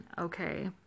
okay